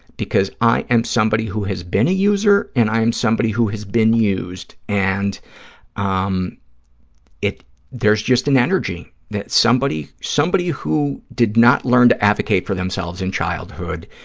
because i am somebody who has been a user and i am somebody who has been used, and um there's just an energy that somebody somebody who did not learn to advocate for themselves in childhood,